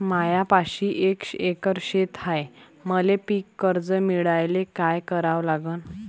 मायापाशी एक एकर शेत हाये, मले पीककर्ज मिळायले काय करावं लागन?